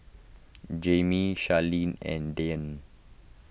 Jaimie Charleen and Dyan